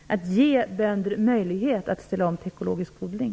Man måste ge bönder möjlighet att ställa om till ekologisk odling.